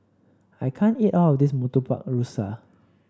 I can't eat all of this Murtabak Rusa